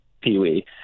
Pee-wee